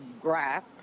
graph